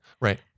right